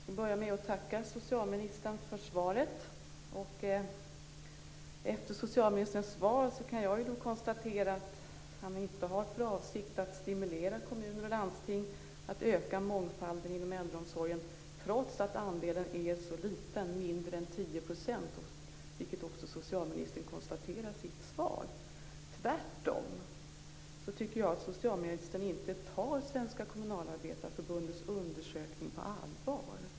Fru talman! Jag skall börja med att tacka socialministern för svaret. Efter socialministerns svar kan jag konstatera att han inte har för avsikt att stimulera kommuner och landsting att öka mångfalden inom äldreomsorgen trots att andelen är så liten, mindre än 10 %, vilket också socialministern konstaterar i sitt svar. Tvärtom tycker jag att socialministern inte tar Svenska Kommunalarbetareförbundets undersökning på allvar.